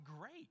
great